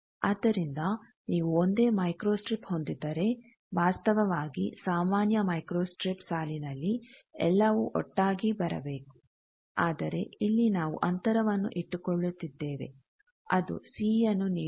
ಆದ್ದರಿಂದ ನೀವು ಒಂದೇ ಮೈಕ್ರೋಸ್ಟ್ರಿಪ್ ಹೊಂದಿದ್ದರೆ ವಾಸ್ತವವಾಗಿ ಸಾಮಾನ್ಯ ಮೈಕ್ರೋಸ್ಟ್ರಿಪ್ ಸಾಲಿನಲ್ಲಿ ಎಲ್ಲವೂ ಒಟ್ಟಾಗಿ ಬರಬೇಕು ಆದರೆ ಇಲ್ಲಿ ನಾವು ಅಂತರವನ್ನು ಇಟ್ಟುಕೊಳ್ಳುತ್ತಿದ್ದೇವೆ ಅದು ಸಿ ಯನ್ನು ನೀಡುತ್ತದೆ